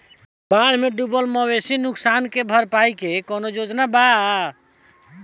बाढ़ में डुबल मवेशी नुकसान के भरपाई के कौनो योजना वा?